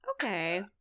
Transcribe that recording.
Okay